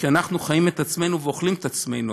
כי אנחנו חיים את עצמנו ואוכלים את עצמנו,